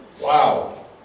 Wow